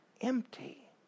empty